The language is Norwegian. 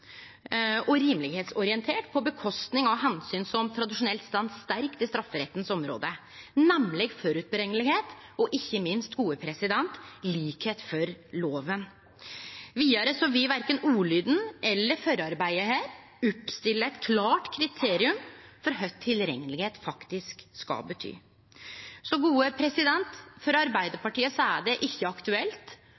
og rimelegheitsorientert, slik at det går ut over omsyn som tradisjonelt står sterkt i strafferettsområdet, nemleg førehandsvisse og ikkje minst likskap for loven. Vidare vil verken ordlyden eller forarbeidet her setje eit klårt kriterium for kva tilreknelegheit faktisk skal bety. For